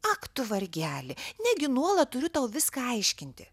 ak tu vargeli negi nuolat turiu tau viską aiškinti